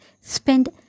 spend